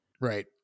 Right